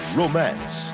romance